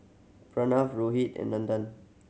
Pranav Rohit and Nandan